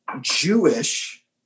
Jewish